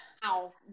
house